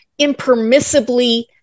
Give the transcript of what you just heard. impermissibly